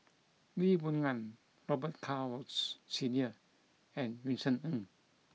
Lee Boon Ngan Robet Carr Woods Senior and Vincent Ng